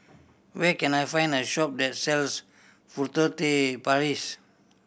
where can I find a shop that sells Furtere Paris